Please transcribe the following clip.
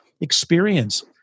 experience